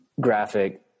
graphic